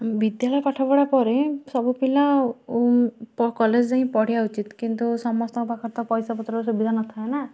ବିଦ୍ୟାଳୟ ପାଠପଢ଼ା ପରେ ସବୁ ପିଲା କଲେଜ ଯାଇକି ପଢ଼ିବା ଉଚିତ୍ କିନ୍ତୁ ସମସ୍ତଙ୍କ ପାଖରେ ତ ପଇସାପତ୍ର ସୁବିଧା ନଥାଏ ନା